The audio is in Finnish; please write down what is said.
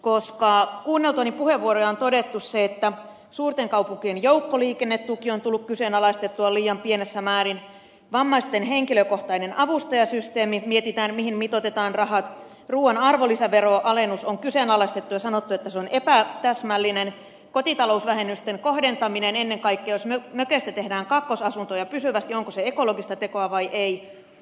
osa jää unhotani puheenvuoroja on luottamusta koska suurten kaupunkien joukkoliikennetuki on tullut kyseenalaistettua liian pienenä vammaisten henkilökohtainen avustajasysteemi mietitään mihin mitoitetaan rahat ruuan arvonlisäveronalennus on kyseenalaistettu ja sanottu että se on epätäsmällinen kotitalousvähennysten kohdentaminen ennen kaikkea jos mökeistä tehdään kakkosasuntoja pysyvästi onko se ekologista tekoa vai ei